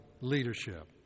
leadership